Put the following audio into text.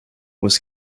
was